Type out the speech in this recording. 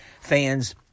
fans